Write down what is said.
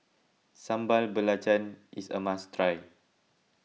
Sambal Belacan is a must try